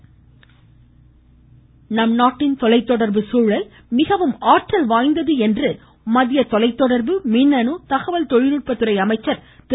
ரவிசங்கர் பிரசாத் நம்நாட்டின் தொலைத்தொடர்பு சூழல் மிகவும் ஆற்றல் வாய்ந்தது என்று மத்திய தொலைத்தொடர்பு மின்னணு தகவல் தொழில்நுட்பத்துறை அமைச்சர் திரு